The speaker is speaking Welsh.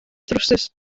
drywsus